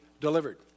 delivered